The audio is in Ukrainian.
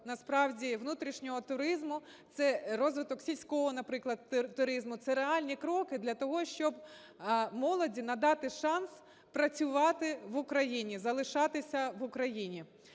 насправді, внутрішнього туризму – це розвиток сільського, наприклад, туризму, це реальні кроки для того, щоб молоді надати шанс працювати в Україні, залишатися в Україні.